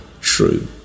true